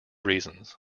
reasons